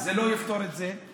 זה לא יפתור את זה,